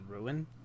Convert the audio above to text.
ruin